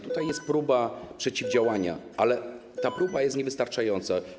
Tutaj jest próba przeciwdziałania, ale ta próba jest niewystarczająca.